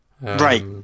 Right